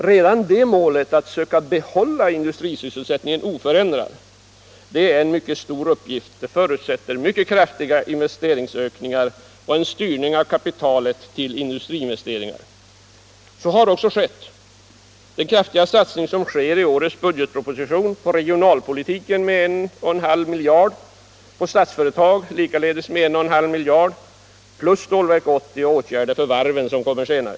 Redan att söka behålla industrisysselsättningen oförändrad ären mycket stor uppgift, som förutsätter mycket kraftiga investeringsökningar och styrning av kapitalet till industriinvesteringar. Så har också skett. I årets budgetproposition satsas 1,5 miljarder på regionalpolitiken och lika mycket på Statsföretag plus Stålverk 80 och åtgärder för varven, som kommer senare.